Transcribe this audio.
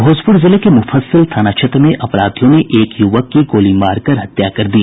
भोजुपर जिले के मुफस्सिल थाना क्षेत्र में अपराधियों ने एक युवक की गोली मारकर हत्या कर दी